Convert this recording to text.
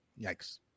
Yikes